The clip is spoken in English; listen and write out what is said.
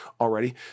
already